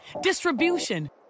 distribution